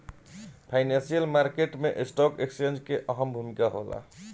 financial market में stock exchange के अहम भूमिका होला